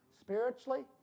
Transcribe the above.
Spiritually